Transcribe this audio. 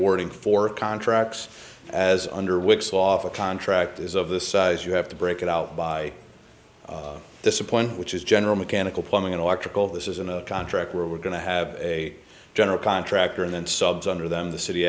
working for contracts as under which offer contract is of this size you have to break it out by disappoint which is general mechanical plumbing electrical this is in a contract where we're going to have a general contractor and then subs under them the city